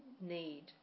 need